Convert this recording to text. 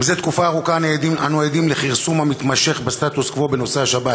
זה תקופה ארוכה אנחנו עדים לכרסום המתמשך בסטטוס-קוו בנושא השבת.